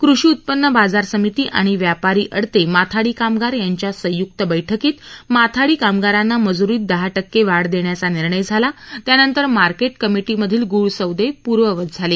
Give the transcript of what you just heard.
कृषी उत्पन्न बाजार समिती आणि व्यापारी अडते माथाडी कामगार यांच्या संयुक्त बैठकीत माथाडी कामगारांना मजुरीत दहा िक्के वाढ देण्याचा निर्णय झाला त्यानंतर मार्के कमि मधील गूळ सौदे पूर्ववत सुरू झाले